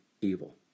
evil